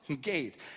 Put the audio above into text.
gate